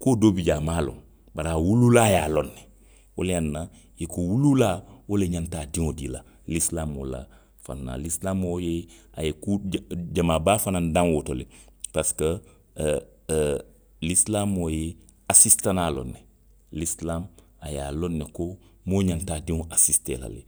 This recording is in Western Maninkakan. Kuo doo bi jee a maŋ a loŋ, bari a wuluulaa ye a loŋ ne. Wo leyaŋ na i ko wuluulaa, wo le ňanta i diŋo dii la, lisilaamoo la fannaa, lisilamoo ye, a ye kuu je, jamaa baa fanaŋ daŋ wo to le. Parisiko, o, o lisilaamoo ye a asisitanaa loŋ ne, lisilaamu, a ye a loŋ ne ko moo ňanta a diŋo asisitee la le